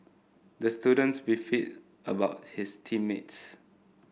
the students beefed about his team mates